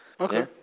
Okay